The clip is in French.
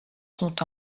sont